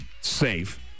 safe